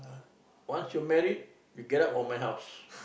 once you married you get out of my house